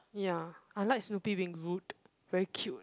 ya I like Snoopy being rude very cute